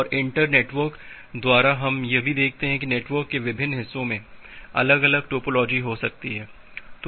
और इंटरनेटवर्क द्वारा हम यह भी देखते हैं कि नेटवर्क के विभिन्न हिस्सों में अलग अलग टोपोलॉजी हो सकती हैं